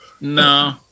No